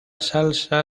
salsa